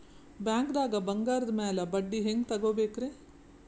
ಬ್ಯಾಂಕ್ದಾಗ ಬಂಗಾರದ್ ಮ್ಯಾಲ್ ಬಡ್ಡಿ ಹೆಂಗ್ ತಗೋಬೇಕ್ರಿ?